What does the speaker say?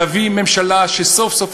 להביא ממשלה שסוף-סוף,